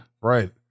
right